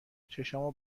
چشامو